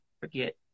forget